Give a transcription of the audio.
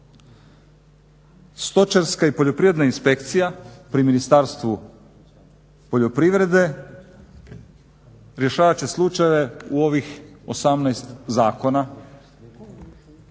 Stočarska i poljoprivredna inspekcija pri Ministarstvu poljoprivrede rješavat će slučajeve u ovih 18 zakona,